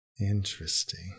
Interesting